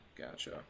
gotcha